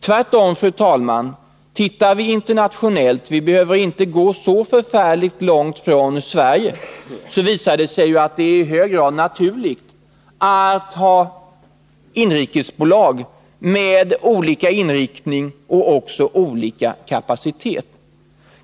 Tvärtom är det så, fru talman, att om vi ser på hur det är internationellt — och vi behöver då inte gå så förfärligt långt från Sverige — så finner vi att det är i hög grad naturligt att ha inrikesflygbolag med olika inriktning och också olika kapacitet.